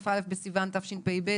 כ"א בסיון תשפ"ב,